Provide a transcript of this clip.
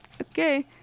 Okay